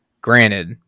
Granted